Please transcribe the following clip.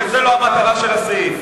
וזאת לא המטרה של הסעיף.